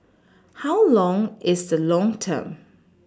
how long is the long term